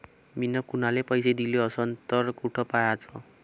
मिन कुनाले पैसे दिले असन तर कुठ पाहाचं?